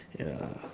ya